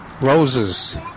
roses